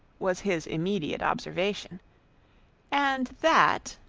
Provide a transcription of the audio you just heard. was his immediate observation and that,